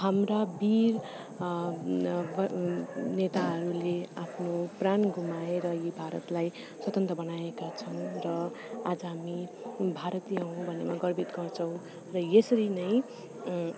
हाम्रा वीर नेताहरूले आफ्नो प्राण गुमाएर यो भारतलाई स्वतन्त्र बनाएका छन् र आज हामी भारतीय हौँ भन्नेमा गर्वित गर्छौँ र यसरी नै